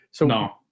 No